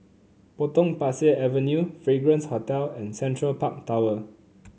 Potong Pasir Avenue Fragrance Hotel and Central Park Tower